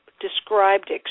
described